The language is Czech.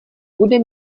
bude